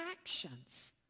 actions